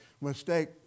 mistake